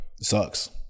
sucks